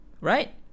Right